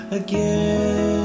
again